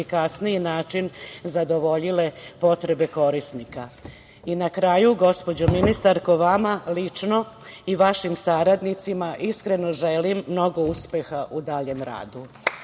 efikasniji način zadovoljile potrebe korisnika. Na kraju, gospođo ministarko, vama lično i vašim saradnicima iskreno želim mnogo uspeha u daljem radu.